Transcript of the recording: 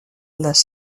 les